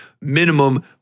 minimum